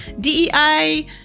DEI